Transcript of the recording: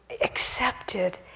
accepted